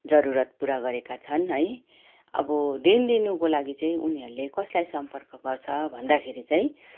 जरुरत पुरा गरेका छन् है अब ऋण लिनुको लागि चाहिँ उनीहरूले कसलाई सम्पर्क गर्छ भन्दाखेरि चाहिँ